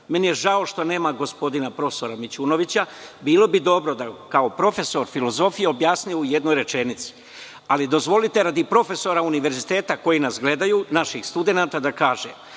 mi je što nema gospodina profesora Mićunovića. Bilo bi dobro da kao profesor filozofije objasni u jednoj rečenici. Ali, dozvolite, radi profesora univerziteta koji nas gledaju, naših studenata da kažem